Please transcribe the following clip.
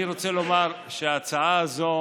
אני רוצה לומר שההצעה הזו